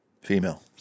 Female